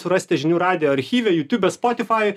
surasti žinių radijo archyve youtube spotify